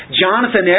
Jonathan